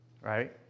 right